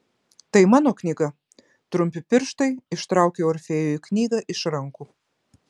tai mano knyga trumpi pirštai ištraukė orfėjui knygą iš rankų